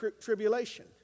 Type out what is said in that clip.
tribulation